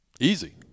easy